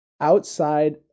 outside